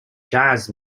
jazz